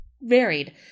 varied